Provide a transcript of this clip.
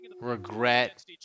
regret